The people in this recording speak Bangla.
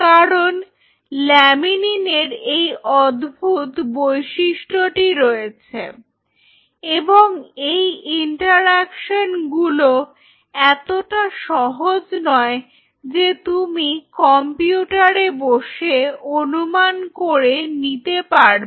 কারণ ল্যামিনিনের এই অদ্ভুত বৈশিষ্ট্যটি রয়েছে এবং এই ইন্টারঅ্যাকশনগুলো এতটা সহজ নয় যে তুমি কম্পিউটারে বসে অনুমান করে নিতে পারবে